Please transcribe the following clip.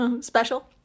Special